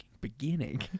beginning